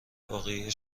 واقعی